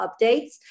updates